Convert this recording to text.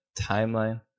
timeline